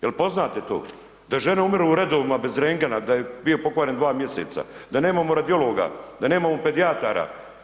Jel' poznate to da žene umiru u redovima bez rengena, da je bio pokvaren 2 mjeseca, da nemamo radiologa, da nemamo pedijatara?